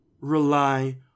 rely